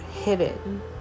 hidden